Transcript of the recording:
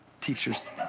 teacher's